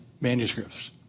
manuscripts